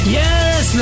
yes